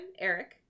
Eric